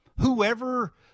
whoever